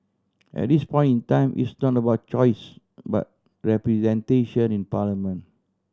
at this point in time it's not about choice but representation in parliament